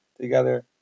together